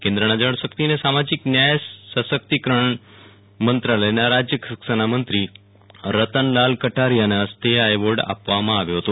કેન્દ્રના જળ શક્તિ અને સામાજિક ન્યાય સશક્તિકરણ મંત્રાલયના રાજ્ય કક્ષાના મંત્રી રતનલાલ કટારીયાાના ફસ્તે આ એવોર્ડ આપવામાં આવ્યો હતો